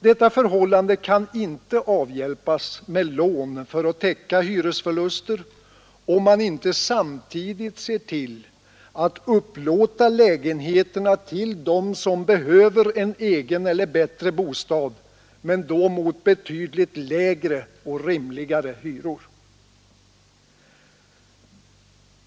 Detta förhållande kan inte avhjälpas med lån för att täcka hyresförluster om man inte samtidigt ser till att upplåta lägenheterna till dem som behöver en egen eller bättre bostad, men då mot betydligt lägre och rimligare hyror.